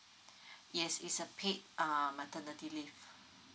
yes is a paid err maternity leave